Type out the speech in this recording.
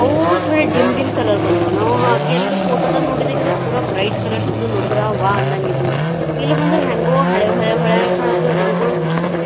ಅವು ಥೋಡೆ dim dim colour ಬಂದವೆ ನಾವು ಹಾಕಿ ಅಲ್ಲಿ ಫೋಟೋದಾಗೆ ನೋಡಿದಾಗಿದದ್ದು ಪೂರ ಬ್ರೈಟ್ ಕಲರ್ಸ್ದು ನೋಡಿದ್ರ ವಾ ಅನ್ನಂಗಿದ್ವು ಇಲ್ಲಿ ಬಂದ್ರ ಹೆಂಗೋ ಹಳೆವು ಹಳೆವು ಹಳೆವೇ ಕಾಣತ್ತು ಅರಿವಿಗಳು